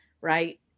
right